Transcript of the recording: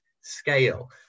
scale